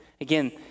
again